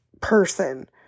person